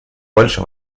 больше